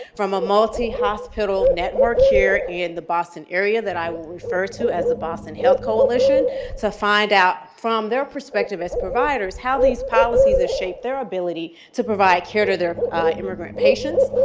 from a multi-hospital network here in the boston area that i will refer to as the boston health coalition to find out, from their perspective as providers, how these policies have shaped their ability to provide care to their immigrant patients.